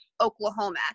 Oklahoma